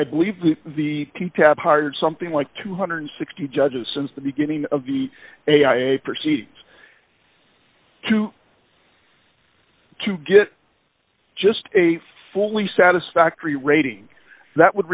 i believe the can tap hard something like two hundred and sixty judges since the beginning of the a i a proceed to to get just a fully satisfactory rating that would